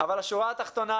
אבל זאת השורה התחתונה.